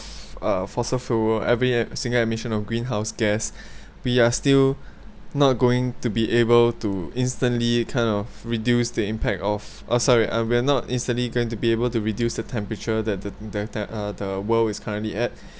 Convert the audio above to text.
uh fossil fuel every single emission of greenhouse gas we are still not going to be able to instantly kind of reduce the impact of uh sorry we are instantly going to be able to reduce the temperature that the that the uh the world is currently at